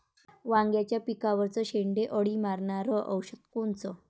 वांग्याच्या पिकावरचं शेंडे अळी मारनारं औषध कोनचं?